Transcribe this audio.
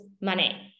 money